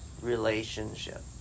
relationship